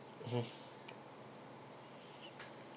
mmhmm